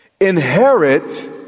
inherit